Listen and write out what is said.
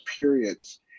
periods